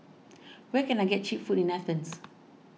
where can I get Cheap Food in Athens